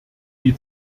die